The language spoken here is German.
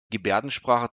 gebärdensprache